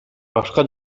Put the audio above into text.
башка